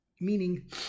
meaning